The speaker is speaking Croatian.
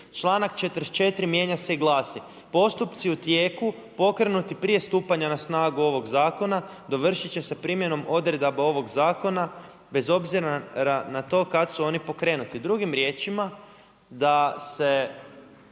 „Članak 44. mijenja se i glasi: Postupci u tijeku pokrenuti prije stupanja na snagu ovog zakona dovršit će se primjenom odredaba ovog zakona bez obzira na to kad su oni pokrenuti.“ Drugim riječima da se